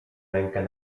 rękę